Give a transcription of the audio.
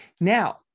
Now